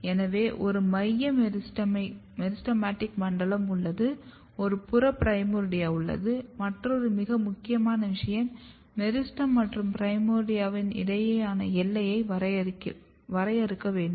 எனவே ஒரு மைய மெரிஸ்டெமடிக் மண்டலம் உள்ளது ஒரு புற பிரைமோர்டியா உள்ளது மற்றொரு மிக முக்கியமான விஷயம் மெரிஸ்டெம் மற்றும் பிரைமோர்டியா இடையேயான எல்லையை வரையறுக்க வேண்டும்